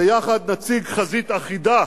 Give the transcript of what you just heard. ויחד נציג חזית אחידה,